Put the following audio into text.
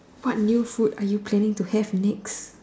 what new food are you planning to have next